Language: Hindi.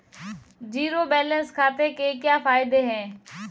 ज़ीरो बैलेंस खाते के क्या फायदे हैं?